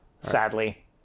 sadly